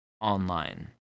online